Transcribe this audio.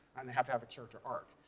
and they have to have a character arc.